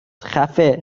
خفه